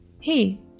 Hey